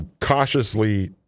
cautiously